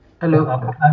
hello